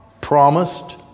promised